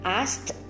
asked